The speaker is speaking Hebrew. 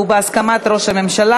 ובהסכמת ראש הממשלה,